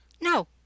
No